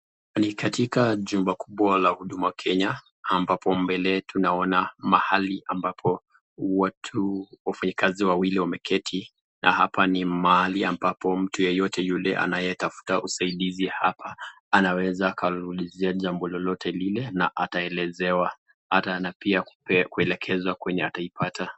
Ni katika jumba kubwa la huduma Kenya ambapo mbele tunaona mahali ambapo watu wafanyikazi wawili wameketi na hapa ni mahali ambapo mtu yeyote yule anayetafuta usaidizi hapa anaweza akaulizia jambo lolote lile na ataelezewa ata na pia kuelekezwa kwenye ataipata.